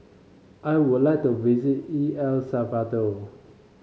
I would like to visit E L Salvador